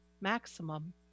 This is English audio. maximum